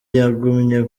yagumye